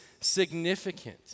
significant